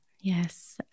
Yes